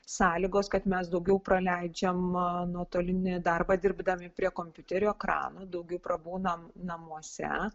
sąlygos kad mes daugiau praleidžiam nuotolinį darbą dirbdami prie kompiuterio ekrano daugiau prabūnam namuose